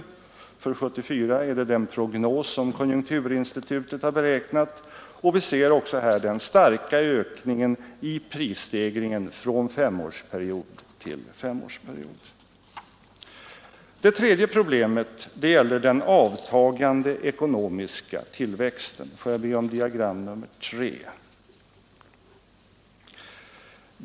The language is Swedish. För 1974 följs den prognos som konjunkturinstitutet har beräknat. Vi ser också här den starka ökningen i prisstegringen från femårsperiod till femårsperiod. Det tredje problemet — som illustreras av det tredje diagrammet — gäller den avtagande ekonomiska tillväxten.